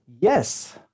Yes